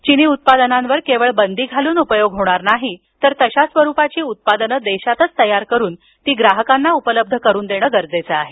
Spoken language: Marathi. चीनी उत्पादनांवर केवळ बंदी घालून उपयोग होणार नाही तर चीनमधून येणारी उत्पादनं देशातच तयार करून ग्राहकांना उपलब्ध होणं गरजेचं आहे